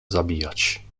zabijać